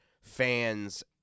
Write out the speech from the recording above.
fans